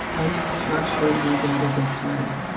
when you structure your data this way.